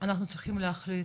אנחנו צריכים להחליט,